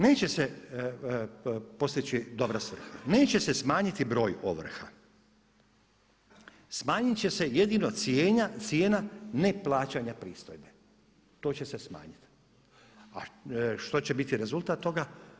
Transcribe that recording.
Neće se postići dobra svrha, neće se smanjiti broj ovrha, smanjit će se jedino cijena neplaćanja pristojbe, to će se smanjiti a što će biti rezultat toga?